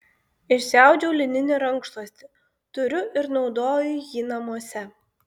išsiaudžiau lininį rankšluostį turiu ir naudoju jį namuose